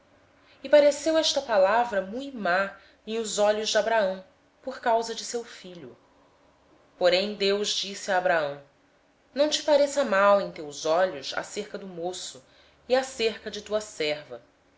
isaque pareceu isto bem duro aos olhos de abraão por causa de seu filho deus porém disse a abraão não pareça isso duro aos teus olhos por causa do moço e por causa da tua serva